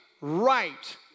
right